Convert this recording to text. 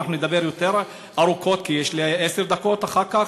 נדבר ארוכות יותר, כי יש לי עשר דקות אחר כך.